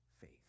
faith